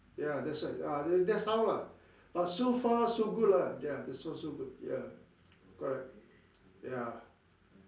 ya that's why ah that's how lah but so far so good lah ya that's so so good ya correct ya